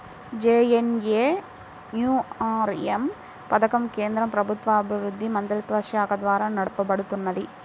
JNNURM పథకం కేంద్ర పట్టణాభివృద్ధి మంత్రిత్వశాఖ ద్వారా నడపబడుతున్నది